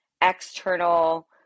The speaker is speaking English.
external